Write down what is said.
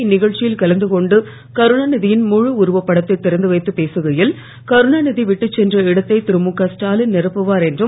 இந்நிகழ்ச்சியில் கலந்துகொண்டு கருணாநிதி யின் முழு உருவப்படத்தைத் திறந்துவைத்துப் பேசுகையில் கருணாநிதி விட்டுச்சென்ற இடத்தை திருமுகஸ்டாவின் நிரப்புவார் என்றும்